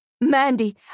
Mandy